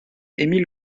émile